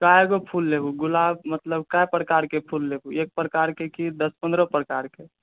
कए गो फूल लेबूँ गुलाब मतलब कए प्रकारके फूल लेबूँ एक प्रकारके की दस पन्द्रह प्रकारके